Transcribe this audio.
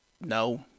No